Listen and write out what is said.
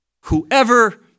Whoever